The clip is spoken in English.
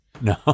No